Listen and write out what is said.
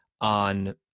on